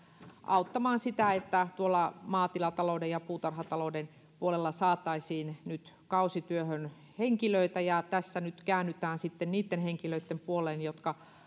auttamaan siinä että tuolla maatilatalouden ja puutarhatalouden puolella saataisiin nyt kausityöhön henkilöitä ja tässä nyt sitten käännytään niitten henkilöitten puoleen jotka